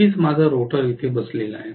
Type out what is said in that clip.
नक्कीच माझा रोटर इथे बसलेला आहे